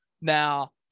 Now